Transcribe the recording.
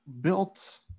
built